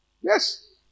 Yes